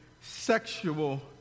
sexual